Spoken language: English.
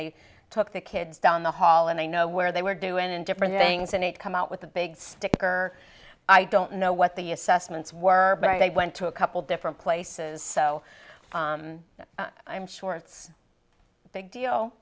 they took the kids down the hall and i know where they were due and different things and it come out with a big sticker i don't know what the assessments were but they went to a couple different places so i'm sure it's a big